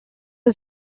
who